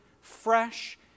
fresh